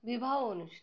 বিবাহ অনুষ্ঠান